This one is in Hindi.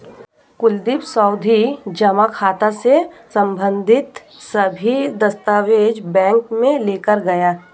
कुलदीप सावधि जमा खाता से संबंधित सभी दस्तावेज बैंक में लेकर गया